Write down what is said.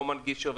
רומן גישר.